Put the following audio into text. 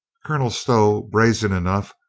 colonel stow, brazen enough,